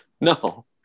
no